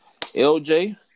LJ